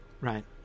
right